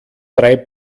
drei